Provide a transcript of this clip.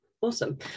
awesome